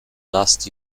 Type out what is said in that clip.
last